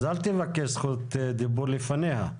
אז אל תבקש זכות דיבור לפניה.